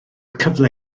cyfle